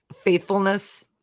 faithfulness